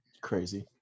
Crazy